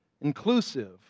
inclusive